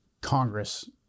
Congress